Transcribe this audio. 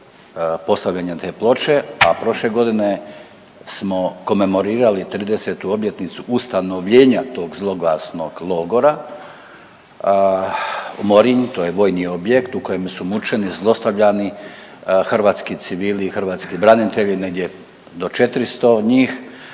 postavljanje te ploče, a prošle godine smo komemorirali 30-tu obljetnicu ustanovljenja tog zloglasnog logora Morinj. To je vojni objekt u kojem su mučeni, zlostavljani hrvatski civili i hrvatski branitelji negdje do 400 njih.